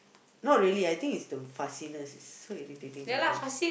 no really I think it's the fussiness it's so irritating sometimes